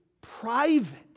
private